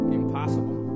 impossible